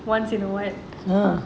once in a while